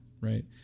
right